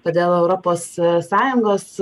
todėl europos sąjungos